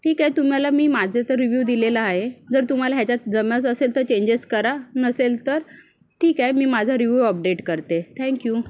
ठीक आहे तुम्हाला मी माझे तर रिव्ह्यू दिलेला आहे जर तुम्हाला ह्याच्यात जमत असेल तर चेंजेस करा नसेल तर ठीक आहे मी माझा ऱ्हीवू अपडेट करते थँक यू